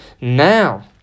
now